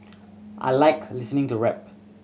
I like listening to rap